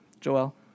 Joel